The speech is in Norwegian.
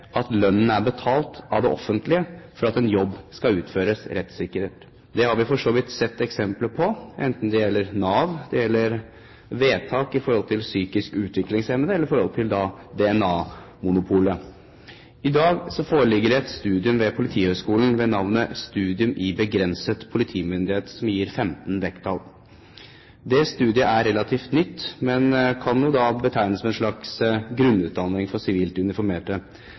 at lønnen er betalt av det offentlige for at en jobb skal utføres rettssikkert. Det har vi for så vidt sett eksempler på, enten det gjelder Nav, vedtak med hensyn til psykisk utviklingshemmede eller i forhold til DNA-monopolet. I dag foreligger det et studium ved Politihøgskolen med navnet studium i begrenset politimyndighet, som gir 15 vekttall. Det studiet er relativt nytt, men kan betegnes som en slags grunnutdanning for sivilt uniformerte.